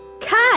cut